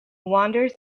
wanders